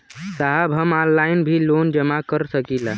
साहब हम ऑनलाइन भी लोन जमा कर सकीला?